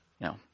No